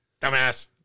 Dumbass